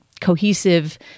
cohesive